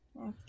Okay